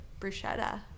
bruschetta